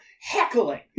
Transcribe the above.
heckling